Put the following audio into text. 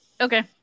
Okay